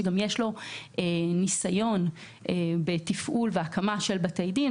ויש לו גם ניסיון בתפעול ובהקמה של בתי דין,